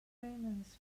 famous